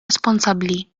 responsabbli